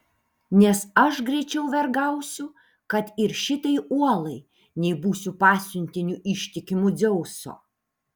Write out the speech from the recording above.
nes aš greičiau vergausiu kad ir šitai uolai nei būsiu pasiuntiniu ištikimu dzeuso